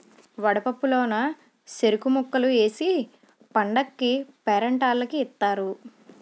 వడపప్పు లోన సెరుకు ముక్కలు ఏసి పండగకీ పేరంటాల్లకి ఇత్తారు